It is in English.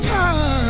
time